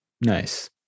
Nice